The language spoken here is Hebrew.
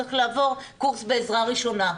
צריך לעבור קורס בעזרה ראשונה.